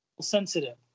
sensitive